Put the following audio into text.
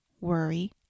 worry